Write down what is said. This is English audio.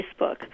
Facebook